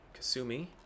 Kasumi